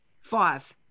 Five